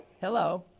Hello